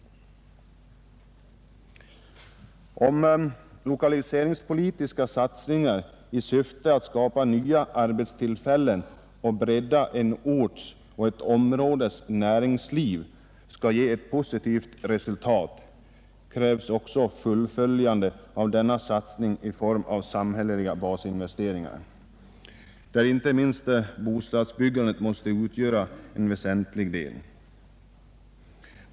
Om lokaliseringspolitiska satsningar i syfte att skapa nya arbetstillfällen och bredda en orts och ett områdes näringsliv skall ge positivt resultat krävs också fullföljande av denna satsning i form av samhälleliga basinvesteringar, varvid inte minst bostadsbyggandet måste utgöra en väsentlig del.